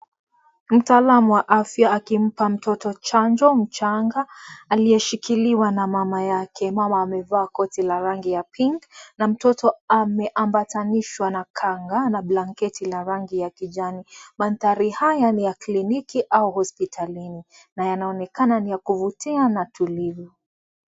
Mtaalam wa afya akimpa mtoto chanjo mchanga , aliyeshikiliwa na mama yake. Mama amevaa koti la rangi ya Pink na mtoto ameambatanishwa na kanga na blanketi la rangi ya kijani. Mandhari haya ni ya kliniki au hospitalini na yanaonekana ni ya kuvutia na tulivu.